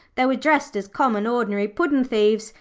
they were dressed as common ordinary puddin'-thieves,